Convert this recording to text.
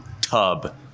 tub